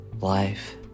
life